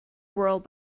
world